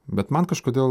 bet man kažkodėl